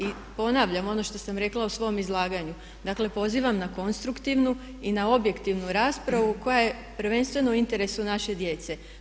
I ponavljam, ono što sam rekla u svom izlaganju, dakle, pozivam na konstruktivnu i na objektivnu raspravu koja je prvenstveno u interesu naše djece.